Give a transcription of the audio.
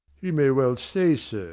you may well say so.